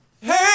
Hey